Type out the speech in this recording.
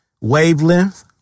wavelength